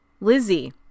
lizzie